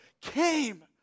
came